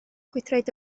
gwydraid